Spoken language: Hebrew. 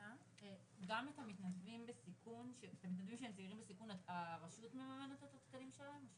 גם את המתנדבים בסיכון הרשות מממנת את התקנים שלהם?